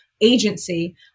agency